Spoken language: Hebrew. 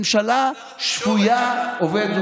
ממשלה שפויה, שכחת את שר התקשורת.